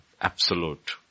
absolute